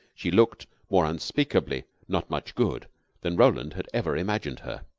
she looked more unspeakably not much good than roland had ever imagined her.